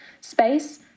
space